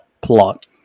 plot